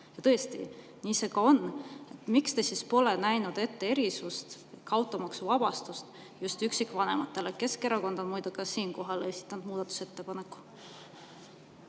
Tõesti, nii see ka on. Miks te siis pole näinud ette erisust ehk automaksuvabastust just üksikvanematele? Keskerakond on muide esitanud sellekohase muudatusettepaneku.